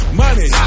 money